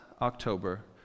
October